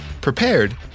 prepared